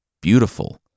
beautiful